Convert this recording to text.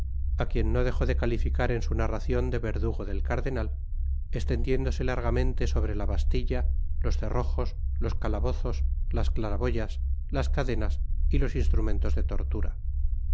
á quien no dejó de calificar en sn narracion de verdugo del cardenal estendiéndose largamente sobre la bastilla los cerrojos los calabozos las claraboyas las cadenas y los instrumentos de tortura